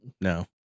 no